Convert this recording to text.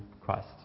Christ